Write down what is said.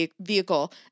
vehicle